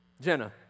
Jenna